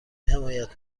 حمایت